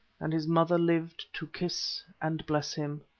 and his mother lived to kiss and bless him.